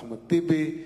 חבר הכנסת אחמד טיבי,